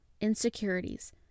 insecurities